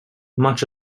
much